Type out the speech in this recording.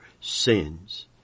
sins